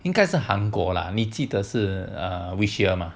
应该是韩国 lah 你记得是 err which year 吗